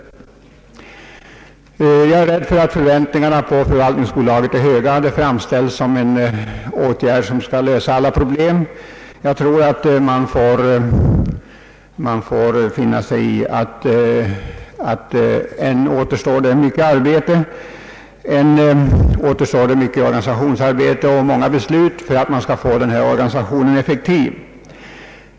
Jag är dock rädd för att förväntningarna på förvaltningsbolaget är höga. Det framställs som en åtgärd som skall lösa alla problem, men jag tror att det ännu återstår mycket organisationsarbete och många överväganden innan denna organisation blir effektiv.